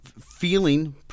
feeling